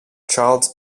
childs